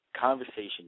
conversation